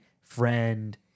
friend